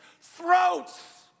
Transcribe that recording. throats